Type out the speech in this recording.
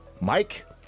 mike